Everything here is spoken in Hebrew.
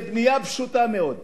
זו בנייה פשוטה מאוד.